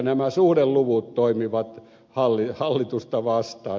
nämä suhdeluvut toimivat hallitusta vastaan